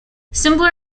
simpler